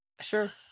Sure